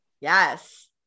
Yes